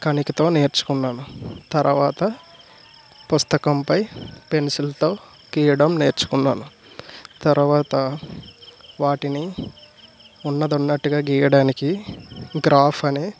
కనికతో నేర్చుకున్నాను తర్వాత పుస్తకంపై పెన్సిల్తో గీయడం నేర్చుకున్నాను తర్వాత వాటిని ఉన్నది ఉన్నట్టుగా గీయడానికి గ్రాఫ్ అనే